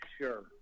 sure